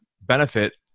benefit